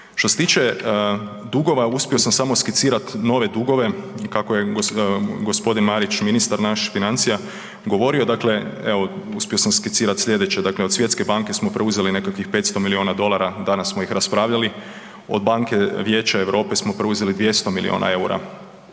Što se tiče dugova, uspio sam samo skicirati nove dugove kako je gospodin Marić ministar naš financija govori, evo uspio sam skicirat sljedeće, dakle od Svjetske banke smo preuzeli nekakvih 500 milijuna dolara, danas smo ih raspravljali, od banke Vijeća Europe smo preuzeli 200 milijuna eura.